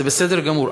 זה בסדר גמור,